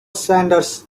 sanders